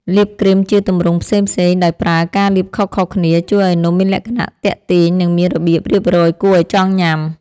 លាបគ្រីមជាទម្រង់ផ្សេងៗដោយប្រើការលាបខុសៗគ្នាជួយឱ្យនំមានលក្ខណៈទាក់ទាញ និងមានរបៀបរៀបរយគួរឱ្យចង់ញ៉ាំ។